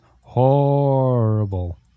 horrible